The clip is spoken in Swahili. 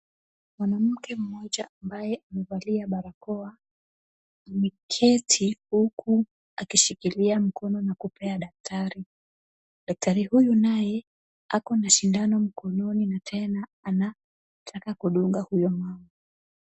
Mwanamke mmoja ambaye amevalia barakoa ameketi huku akishikilia mkono na kupea daktari. Daktari huyo naye ako na sindano mkononi na tena anataka kudunga huyo mama.